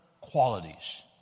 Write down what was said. qualities